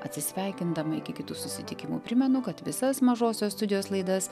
atsisveikindama iki kitų susitikimų primenu kad visas mažosios studijos laidas